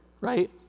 right